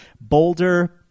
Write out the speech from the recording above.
Boulder